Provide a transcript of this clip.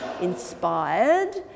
inspired